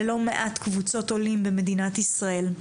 ללא מעט קבוצות עולים במדינת ישראל.